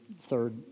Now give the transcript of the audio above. third